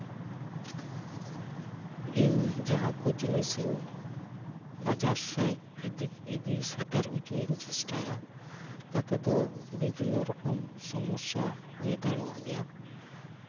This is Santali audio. ᱤᱧ ᱡᱟᱦᱟᱸ ᱠᱚ ᱡᱤᱱᱤᱥ ᱤᱧ ᱵᱟᱡᱟᱨ ᱥᱮᱫ ᱤᱫᱤ ᱤᱫᱤ ᱥᱮᱴᱮᱨ ᱚᱪᱚᱭ ᱤᱧ ᱪᱮᱥᱴᱟᱭᱟ ᱛᱟᱛᱮ ᱫᱚ ᱵᱤᱵᱷᱤᱱᱱᱚ ᱨᱚᱠᱚᱢ ᱥᱚᱢᱚᱥᱥᱟ ᱦᱩᱭ ᱫᱟᱲᱮᱭᱟᱜ ᱜᱮᱭᱟ